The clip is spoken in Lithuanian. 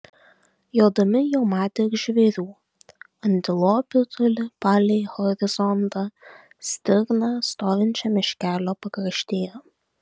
jodami jau matė ir žvėrių antilopių toli palei horizontą stirną stovinčią miškelio pakraštyje